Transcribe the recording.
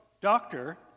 Doctor